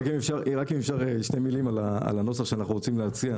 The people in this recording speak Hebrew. אם אפשר שתי מילים לנוסח שאנחנו רוצים להציע?